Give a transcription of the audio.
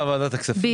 זאת לא ועדת חריגים.